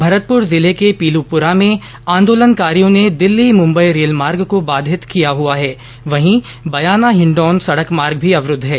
भरतपूर जिले के पीलूपुरा में आंदोलनकारियों ने दिल्ली मुंबई रेलमार्ग को बाधित किया हुआ है वहीं बयाना हिण्डौन सड़क मार्ग भी अवरूद्ध है